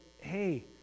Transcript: hey